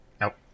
nope